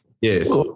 Yes